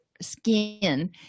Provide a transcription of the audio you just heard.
skin